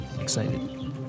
excited